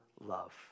love